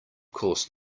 course